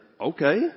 Okay